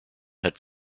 had